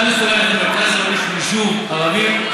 אתה מסוגל ללכת למרכז עירוני של יישוב ערבי.